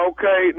Okay